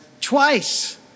twice